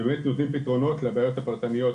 ובאמת נותנים פתרונות לבעיות הפרטניות